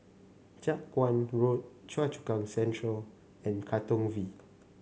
Jiak Chuan Road Choa Chu Kang Central and Katong V